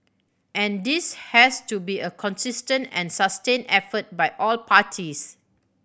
and this has to be a consistent and sustained effort by all parties